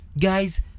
guys